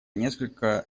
несколько